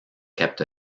kept